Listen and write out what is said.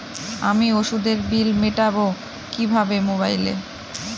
আমি ওষুধের বিল মেটাব কিভাবে মোবাইলে?